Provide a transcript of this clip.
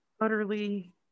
utterly